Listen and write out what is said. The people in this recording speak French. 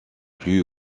plus